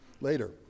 later